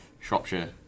Shropshire